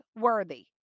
worthy